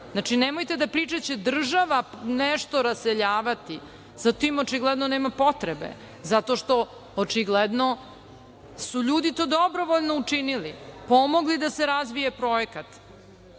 preseljena. Nemojte da pričate da će država nešto raseljavati, za tim očigledno nema potrebe, zato što su očigledno ljudi to dobrovoljno učinili, pomogli da se razvije projekat.